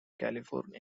california